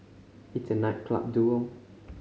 it's a night club duel